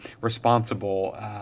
responsible